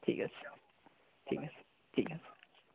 ঠিক আছে ঠিক আছে ঠিক আছে